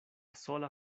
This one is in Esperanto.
sola